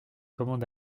commun